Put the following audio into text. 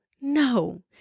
No